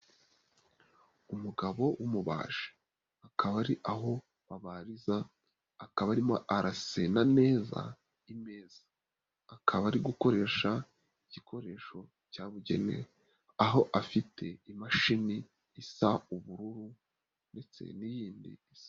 Umugabo w'umubaji. Akaba ari aho babariza, akaba arimo arasena neza imeza. Akaba ari gukoresha igikoresho cyabugenewe. Aho afite imashini isa ubururu ndetse n'iyindi isa...